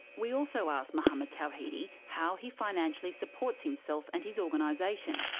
we also asked mohammad tawhidi how he financially supports himself and his organisation,